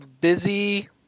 busy